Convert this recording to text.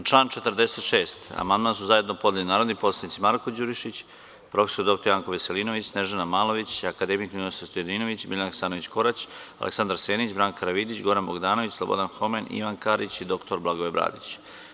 Na član 46. amandman su zajedno podneli narodni poslanici Marko Đurišić, prof. dr Janko Veselinović, Snežana Malović, akademik Ninoslav Stojadinović, Biljana Hasanović Korać, Aleksandar Senić, Branka Karavidić, Goran Bogdanović, Slobodan Homen, Ivan Karić i dr Blagoje Bradić.